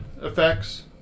effects